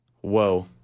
Whoa